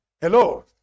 hello